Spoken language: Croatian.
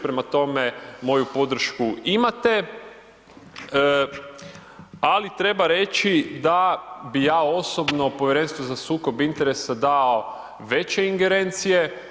Prema tome, moju podršku imate, ali treba reći da bi ja osobno Povjerenstvu za sukob interesa dao veće ingerencije.